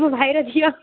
ମୋ ଭାଇର ଝିଅ